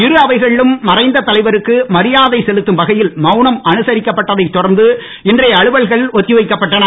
இரு அவைகளிலும் மறைத்த தலைவருக்கு மரியாதை செலுத்தும் வகையில் மவுனம் அனுசரிக்கப்பட்டதை தொடர்ந்து இன்றைய அலுவல்கள் ஒத்திவைக்கப்பட்டன